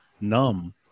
numb